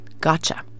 Gotcha